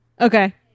Okay